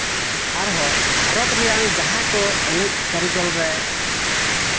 ᱟᱨᱦᱚᱸ ᱵᱷᱟᱨᱚᱛ ᱨᱮᱭᱟᱝ ᱡᱟᱦᱟᱸ ᱠᱚ ᱮᱱᱮᱡ ᱠᱟᱨᱤᱜᱚᱞ ᱨᱮ